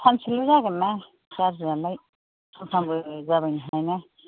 सानसेल' जागोनना गाज्रियालाय सानफ्रामबो जाबायनो हायाना